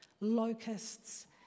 Locusts